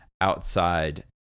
outside